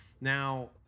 now